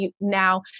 Now